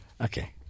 Okay